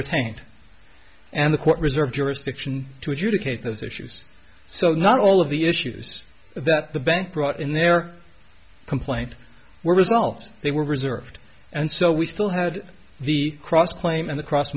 retained and the court reserved jurisdiction to adjudicate those issues so not all of the issues that the bank brought in their complaint were resolved they were reserved and so we still had the cross claim and the cross